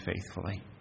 faithfully